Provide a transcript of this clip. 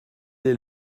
est